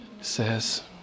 says